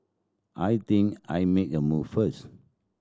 I think I'll make a move first